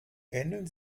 ähneln